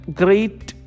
great